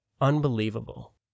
unbelievable